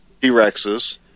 T-Rexes